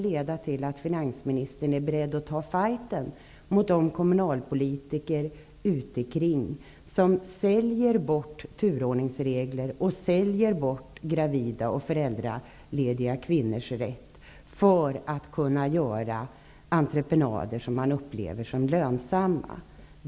Men är finansministern beredd att ta ''fighten'' mot de kommunpolitiker i landet som säljer bort turordningsregler, dvs. gravida och föräldralediga kvinnors rätt, för att få entreprenader som uppfattas som lönsamma?